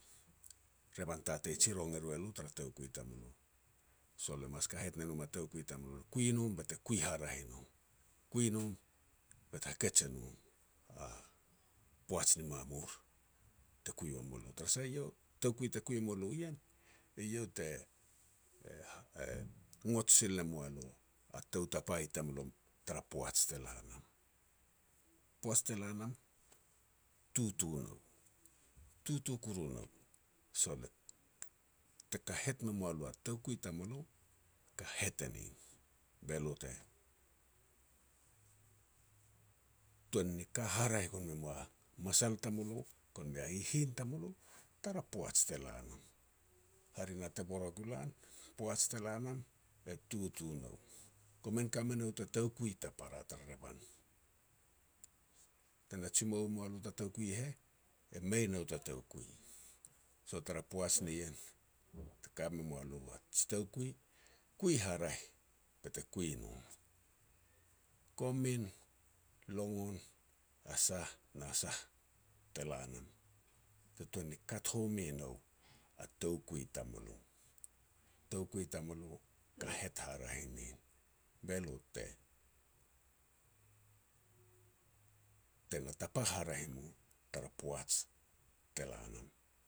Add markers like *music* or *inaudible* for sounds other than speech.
Revan tatei jirong eru elo tara toukui i tamulo. So lo mas kahet ne nom a toukui tamulo, kui nom bet kui haraeh i nom. Kui nom *noise* bet hakej e nom a poaj ni mamur te kui ua mu lo, tara sah eiau a toukui te kui moa lo ien eiau te *hesitation* ngot sil e moa lo a tou tapa i tamulomi tara poaj te la nam. Poaj te la nam tutu nou, tutu koru nou. Sol te kahet me moa lo a toukui tamulo, kahet e nin, be lo te tuan ni ka haraeh gon me moa masal tamulo gon mei hihin tamulo, tara poaj te la nam. Hare na te bor ua gu lan, poaj te la nam e tutu nou. Komin ka me nou ta toukui ta para tar revan. Te na jimou me mua lo ta toukui heh, e mei nou ta toukui. So, tara poaj ni ien te ka me moa lo a ji toukui, kui haraeh bete kui nom, komin longon a sah, na sah te la nam, te tuan ni kat home nou a toukui tamulo. Toukui tamulo, kahet haraeh nin, be lo te tapa haraeh mu tara poaj te la nam.